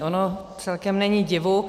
Ono celkem není divu.